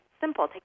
Simple